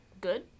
Good